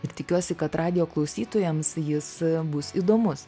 ir tikiuosi kad radijo klausytojams jis bus įdomus